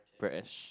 press